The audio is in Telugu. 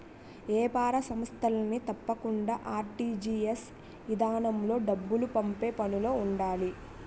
ఏపార సంస్థలన్నీ తప్పకుండా ఆర్.టి.జి.ఎస్ ఇదానంలో డబ్బులు పంపే పనులో ఉండాలి